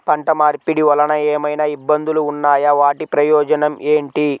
పంట మార్పిడి వలన ఏమయినా ఇబ్బందులు ఉన్నాయా వాటి ప్రయోజనం ఏంటి?